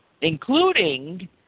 including